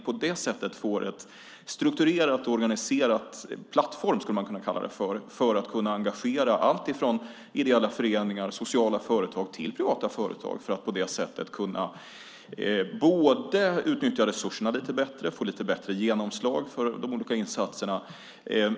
På det sättet får vi en strukturerad och organiserad plattform, skulle man kunna kalla det, för att kunna engagera alltifrån ideella föreningar och sociala företag till privata företag. På det sättet skulle vi både kunna utnyttja resurserna lite bättre och få lite bättre genomslag för de olika insatserna.